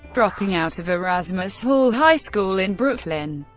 dropping out of erasmus hall high school in brooklyn,